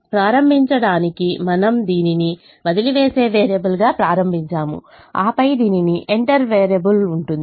కాబట్టి ప్రారంభించడానికి మనము దీనిని వదిలివేసే వేరియబుల్గా ప్రారంభించాము ఆపై దీనికి ఎంటర్ వేరియబుల్ ఉంటుంది